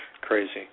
crazy